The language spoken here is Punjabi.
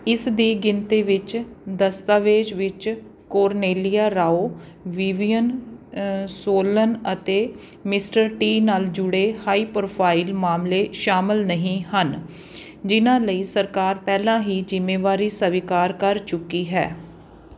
ਇਸ ਦੀ ਗਿਣਤੀ ਵਿੱਚ ਦਸਤਾਵੇਜ਼ ਵਿੱਚ ਕੋਰਨੇਲੀਆ ਰਾਓ ਵਿਵੀਅਨ ਸੋਲਨ ਅਤੇ ਮਿਸਟਰ ਟੀ ਨਾਲ ਜੁੜੇ ਹਾਈ ਪ੍ਰੋਫਾਈਲ ਮਾਮਲੇ ਸ਼ਾਮਲ ਨਹੀਂ ਹਨ ਜਿਨ੍ਹਾਂ ਲਈ ਸਰਕਾਰ ਪਹਿਲਾਂ ਹੀ ਜ਼ਿੰਮੇਵਾਰੀ ਸਵੀਕਾਰ ਕਰ ਚੁੱਕੀ ਹੈ